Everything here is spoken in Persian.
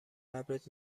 قبرت